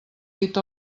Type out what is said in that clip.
dit